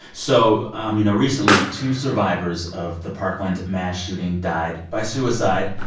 so, um you know, recently two survivors of the parkland mass shooting died by suicide,